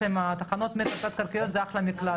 תחנות המטרו התת קרקעיות זה מקלט מעולה.